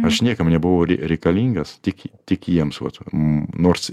aš niekam nebuvau re reikalingas tik tik jiems vat m nors